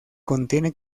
contiene